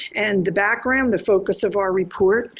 and the background, the focus of our report,